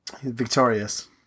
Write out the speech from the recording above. Victorious